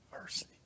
mercy